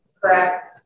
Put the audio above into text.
correct